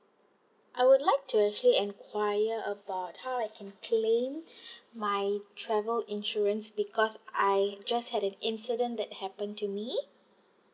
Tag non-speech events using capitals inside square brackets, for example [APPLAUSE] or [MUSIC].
I would like to actually enquire about how I can claim [BREATH] my travel insurance because I just had an incident that happened to me